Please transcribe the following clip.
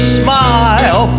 smile